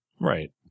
Right